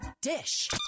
dish